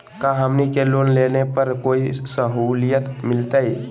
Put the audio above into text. का हमनी के लोन लेने पर कोई साहुलियत मिलतइ?